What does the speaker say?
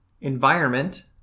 environment